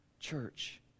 church